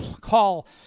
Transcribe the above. call